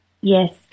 Yes